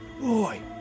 boy